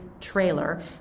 trailer